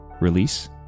release